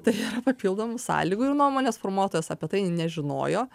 tai yra papildomų sąlygų ir nuomonės formuotojas apie tai nežinojo